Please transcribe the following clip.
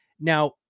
now